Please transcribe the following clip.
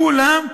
כולם,